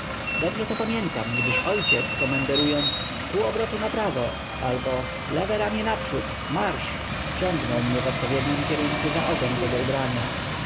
dobrze to pamiętam gdyż ojciec komenderując pół obrotu na prawo albo lewe ramię naprzód marsz ciągnął mnie w odpowiednim kierunku za ogon tego ubrania